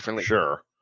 Sure